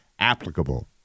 Applicable